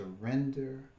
surrender